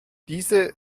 diese